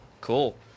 Cool